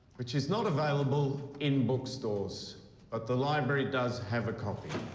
which is not available in bookstores but the library does have a copy.